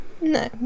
No